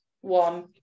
one